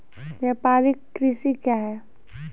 व्यापारिक कृषि क्या हैं?